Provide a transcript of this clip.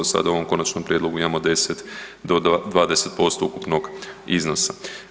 Sad u ovom konačnom prijedlogu imamo 10 do 20% ukupnog iznosa.